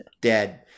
Dead